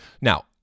Now